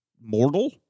mortal